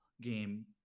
game